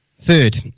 Third